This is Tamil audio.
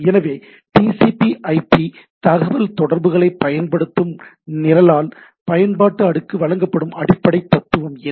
எனவே TCP IP தகவல்தொடர்புகளைப் பயன்படுத்தும் நிரலால் பயன்பாட்டு அடுக்கு வழங்கப்படும் அடிப்படை தத்துவம் என்ன